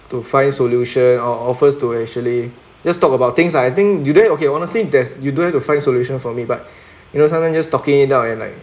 to find solutions or offers to actually just talk about things ah I think you don't have okay honestly there's you don't have to find solution for me but you know sometimes just talking it out like